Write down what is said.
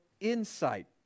insight